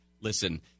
Listen